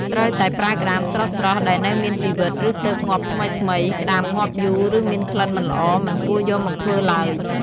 ត្រូវតែប្រើក្ដាមស្រស់ៗ ដែលនៅមានជីវិត ឬទើបងាប់ថ្មីៗ ក្ដាមងាប់យូរ ឬមានក្លិនមិនល្អ មិនគួរយកមកធ្វើឡើយ។